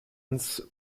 ins